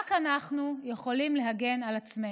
רק אנחנו יכולים להגן על עצמנו.